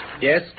Yes